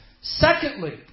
Secondly